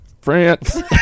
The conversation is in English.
France